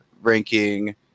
ranking